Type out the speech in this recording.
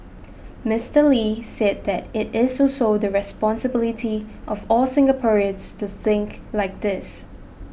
Mister Lee said that it is also the responsibility of all Singaporeans to think like this